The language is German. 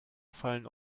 fallen